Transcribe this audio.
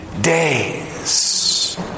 days